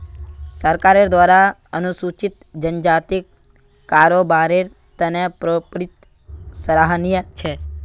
सरकारेर द्वारा अनुसूचित जनजातिक कारोबारेर त न प्रेरित सराहनीय छ